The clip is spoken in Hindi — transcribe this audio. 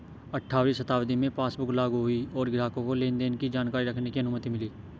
अठारहवीं शताब्दी में पासबुक लागु हुई और ग्राहकों को लेनदेन की जानकारी रखने की अनुमति मिली